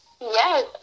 Yes